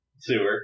Sewer